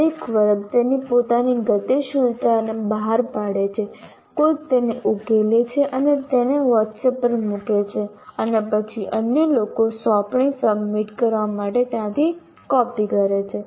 દરેક વર્ગ તેની પોતાની ગતિશીલતા બહાર પાડે છે કોઈક તેને ઉકેલે છે અને તેને વોટ્સએપ પર મૂકે છે અને પછી અન્ય લોકો સોંપણી સબમિટ કરવા માટે ત્યાંથી કોપી કરે છે